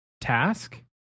task